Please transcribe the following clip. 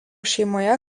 šeimoje